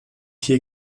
hier